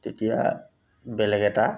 তেতিয়া বেলেগ এটা